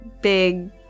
big